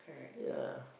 ya